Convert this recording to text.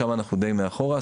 שם אנחנו די מאחור.